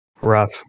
Rough